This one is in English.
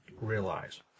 realize